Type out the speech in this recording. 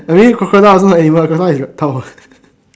I mean crocodile also not animal crocodile is reptile what